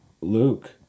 Luke